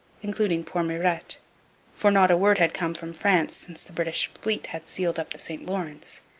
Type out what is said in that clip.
including poor mirete for not a word had come from france since the british fleet had sealed up the st lawrence,